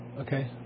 Okay